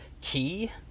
key